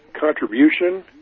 contribution